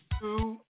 two